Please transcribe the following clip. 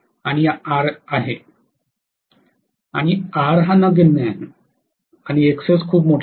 आणि R नगण्य आहे Xs खूप मोठा आहे